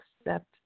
accept